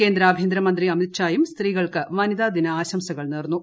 കേന്ദ്ര ആഭ്യന്തരമന്ത്രി അമിത്ഷായും സ്ത്രീകൾക്ക് വനിതാദിന ആശംസകൾ നേർന്നു